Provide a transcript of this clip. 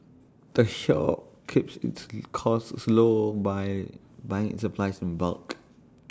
the shop keeps its costs low by buying its supplies in bulk